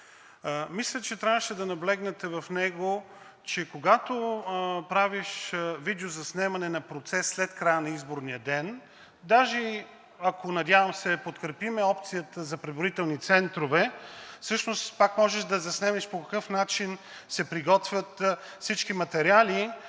Мисля, че в него трябваше да наблегнете, че когато правиш видеозаснемане на процеса след края на изборния ден, даже и ако подкрепим, надявам се, опцията за преброителни центрове, всъщност пак можеш да заснемеш по какъв начин се приготвят всички материали,